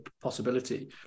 possibility